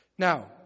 Now